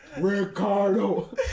Ricardo